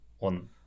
on